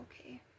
okay